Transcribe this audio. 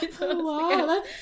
wow